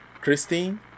Christine